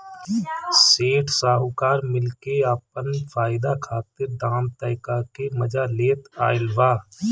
सेठ साहूकार मिल के आपन फायदा खातिर दाम तय क के मजा लेत आइल बा